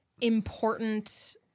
important